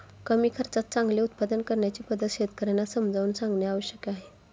कमी खर्चात चांगले उत्पादन करण्याची पद्धत शेतकर्यांना समजावून सांगणे आवश्यक आहे